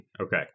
Okay